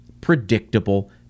predictable